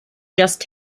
just